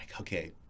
okay